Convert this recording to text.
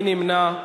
מי נמנע?